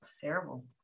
terrible